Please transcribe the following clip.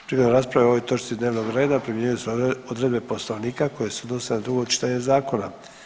Prigodom rasprave o ovoj točci dnevnog reda primjenjuju se odredbe poslovnika koje se odnose na drugo čitanje zakona.